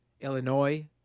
Illinois